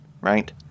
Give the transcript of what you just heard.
right